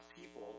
people